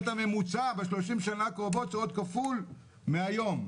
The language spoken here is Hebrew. נאשר לו עוד כמה קומות אבל בעצם עליו לבנות את קומת הקרקע של המסחר.